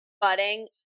budding